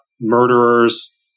murderers